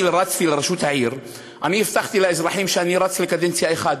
כשרצתי לראשות העיר הבטחתי לאזרחים שאני רץ לקדנציה אחת,